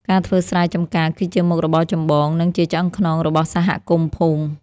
ការធ្វើស្រែចម្ការគឺជាមុខរបរចម្បង និងជាឆ្អឹងខ្នងរបស់សហគមន៍ភូមិ។